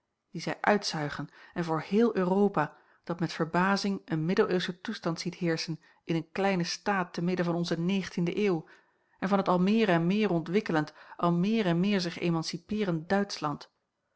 die zij uitzuigen en voor heel europa dat met verbazing een middeleeuwschen toestand ziet heerschen in een de kleinen staat te midden van onze eeuw en van het al meer en meer ontwikkelend al meer en meer zich emancipeerend duitschland